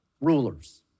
rulers